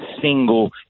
single